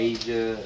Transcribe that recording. Asia